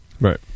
Right